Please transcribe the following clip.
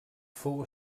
fou